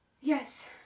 Yes